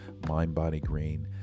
MindBodyGreen